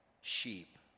sheep